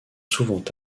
souvent